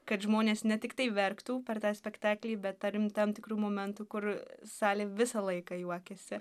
kad žmonės ne tiktai verktų per tą spektaklį bet tarim tam tikrų momentų kur salė visą laiką juokiasi